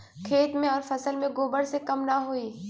खेत मे अउर फसल मे गोबर से कम ना होई?